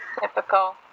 Typical